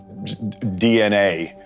DNA